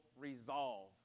resolve